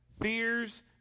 fears